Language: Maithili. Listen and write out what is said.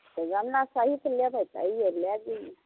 तऽ गमला सहित लेबै तऽ अययै लए जैयै